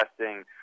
testing